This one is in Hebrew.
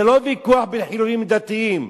זה לא ויכוח בין חילונים לדתיים.